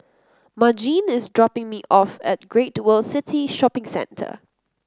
Margene is dropping me off at Great World City Shopping Centre